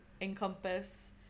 encompass